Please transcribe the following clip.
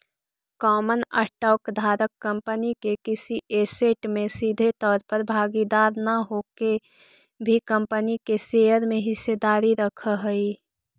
common stock धारक company के किसी ऐसेट में सीधे तौर पर भागीदार न होके भी कंपनी के शेयर में हिस्सेदारी रखऽ हइ